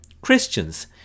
Christians